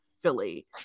Philly